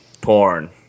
Porn